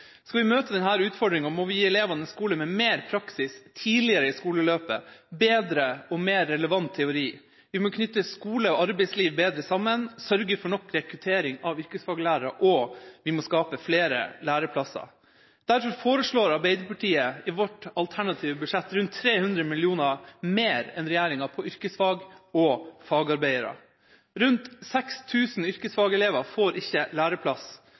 Skal vi møte denne utfordringa, må vi gi elevene en skole med mer praksis tidligere i skoleløpet, bedre og mer relevant teori, vi må knytte skole og arbeidsliv bedre sammen, sørge for nok rekruttering av yrkesfaglærere, og vi må skape flere læreplasser. Derfor foreslår Arbeiderpartiet i sitt alternative budsjett rundt 300 mill. kr mer enn regjeringa til yrkesfag og fagarbeidere. Rundt 6 000 yrkesfagelever får ikke læreplass.